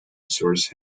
source